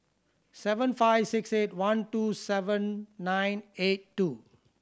seven five six eight one two seven nine eight two